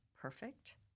perfect